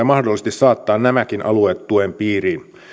mahdollisesti saattaa nämäkin alueet tuen piiriin